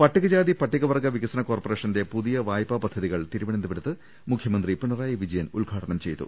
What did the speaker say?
പട്ടികജാതി പട്ടികവർഗ വികസന കോർപറേഷന്റെ പുതിയ വായ്പാ പദ്ധതി കൾ തിരുവനന്തപുരത്ത് മുഖ്യമന്ത്രി പിണറായി വിജയൻ ഉദ്ഘാടനം ചെയ്തു